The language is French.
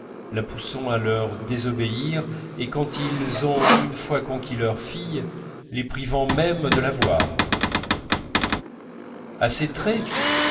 la poussant à leur désobéir et quand ils ont une fois conquis leur fille les privant même de la voir à ces traits